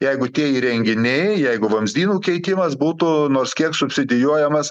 jeigu tie įrenginiai jeigu vamzdynų keitimas būtų nors kiek subsidijuojamas